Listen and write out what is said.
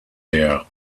there